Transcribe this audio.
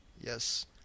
Yes